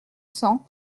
cents